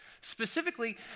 Specifically